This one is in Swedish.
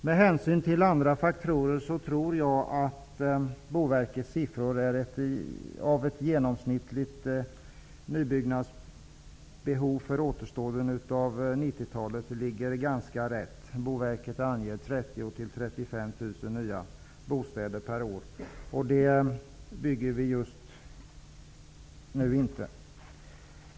Med hänsyn till andra faktorer tror jag att Bostadsverkets siffror beträffande genomsnittligt nybyggnadsbehov för återstoden av 90-talet ligger ganska rätt. Bostadsverket anger ett behov av 30 000--35 000 nya bostäder per år, och så mycket bygger vi inte just nu.